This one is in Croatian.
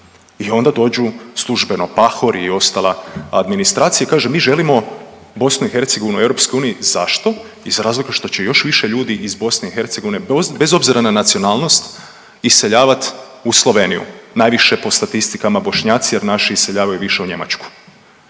I onda dođu službeno Pahor i ostala administracija i kaže, mi želimo BiH u EU, zašto? Iz razloga što će još više ljudi iz BiH, bez obzira na nacionalnost, iseljavati u Sloveniju, najviše, po statistikama Bošnjaci jer naši iseljavaju više u Njemačku.